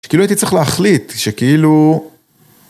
‫שכאילו הייתי צריך להחליט שכאילו...